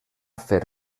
fer